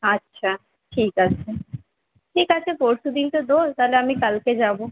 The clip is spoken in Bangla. আচ্ছা ঠিক আছে ঠিক আছে পরশুদিন তো দোল তা হলে আমি কালকে যাব